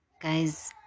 Guys